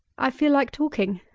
i feel like talking.